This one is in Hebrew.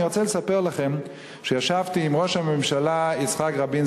אני רוצה לספר לכם שישבתי עם ראש הממשלה יצחק רבין,